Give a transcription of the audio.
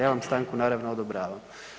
Ja vam stanku naravno odobravam.